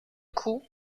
coup